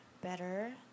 better